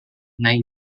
night